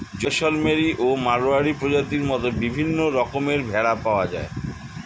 জয়সলমেরি ও মাড়োয়ারি প্রজাতির মত বিভিন্ন রকমের ভেড়া পাওয়া যায়